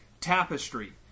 Tapestry